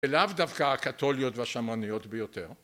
לאו דווקא הקתוליות והשמרניות ביותר